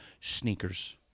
sneakers